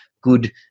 good